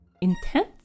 intense